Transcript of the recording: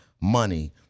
money